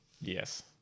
Yes